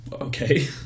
Okay